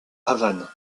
havane